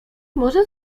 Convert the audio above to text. może